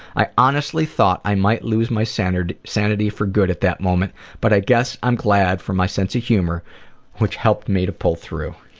i honestly thought i might lose my sanity sanity for good at that moment but i guess i'm glad for my sense of humour which helped me to pull through.